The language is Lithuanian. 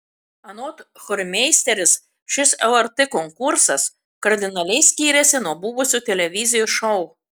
anot chormeisterės šis lrt konkursas kardinaliai skiriasi nuo buvusių televizijos šou